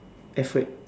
effort